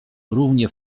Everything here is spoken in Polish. równie